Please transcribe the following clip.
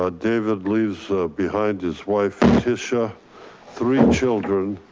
ah david leaves behind his wife, tisha three children,